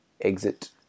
exit